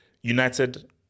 United